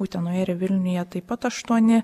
utenoje ir vilniuje taip pat aštuoni